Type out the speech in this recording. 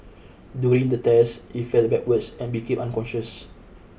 during the test he fell backwards and became unconscious